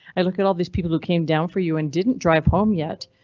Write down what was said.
i look at all these people who came down for you and didn't drive home yet.